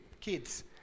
kids